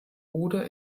oder